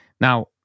Now